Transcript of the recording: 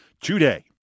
today